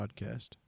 Podcast